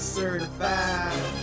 certified